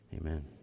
Amen